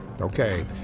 Okay